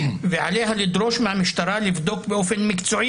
ועליה לדרוש מהמשטרה לבדוק באופן מקצועי